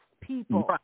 people